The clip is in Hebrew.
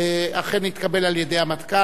אכן התקבלה על-ידי המטכ"ל.